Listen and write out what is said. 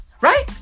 right